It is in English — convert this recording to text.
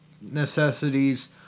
necessities